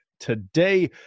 today